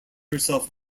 herself